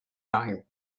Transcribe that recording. time